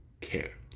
care